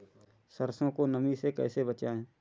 सरसो को नमी से कैसे बचाएं?